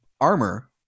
armor